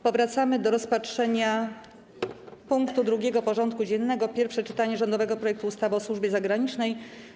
Powracamy do rozpatrzenia punktu 2. porządku dziennego: Pierwsze czytanie rządowego projektu ustawy o służbie zagranicznej.